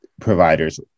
providers